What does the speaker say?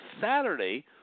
Saturday